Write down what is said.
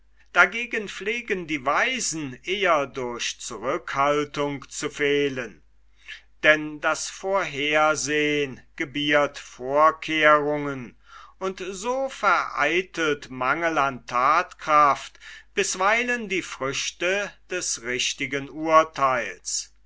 dagegen pflegen die weisen eher durch zurückhaltung zu fehlen denn das vorhersehn gebiert vorkehrungen und so vereitelt mangel an thatkraft bisweilen die früchte des richtigen urtheils